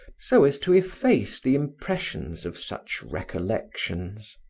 so as to efface the impressions of such recollections.